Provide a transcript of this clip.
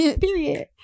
period